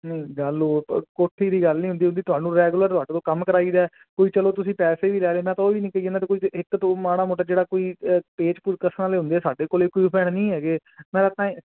ਗੱਲ ਉਹ ਕੋਠੀ ਦੀ ਗੱਲ ਨਹੀਂ ਹੁੰਦੀ ਉਹਦੀ ਤੁਹਾਨੂੰ ਰੈਗੂਲਰ ਤੁਹਾਡੇ ਕੋਲ ਕੰਮ ਕਰਾਈਦਾ ਕੋਈ ਚਲੋ ਤੁਸੀਂ ਪੈਸੇ ਵੀ ਲੈ ਲੈਣਾ ਤਾਂ ਉਹ ਵੀ ਨਹੀਂ ਕਹੀ ਜਾਂਦਾ ਕੋਈ ਇੱਕ ਮਾੜਾ ਮੋਟਾ ਜਿਹੜਾ ਕੋਈ ਪੇਚ ਕੁ ਕਸਾਂ ਦੇ ਹੁੰਦੇ ਸਾਡੇ ਕੋਲੇ ਕੋਈ ਭੈਣ ਨਹੀਂ ਹੈਗੇ ਮੈਂ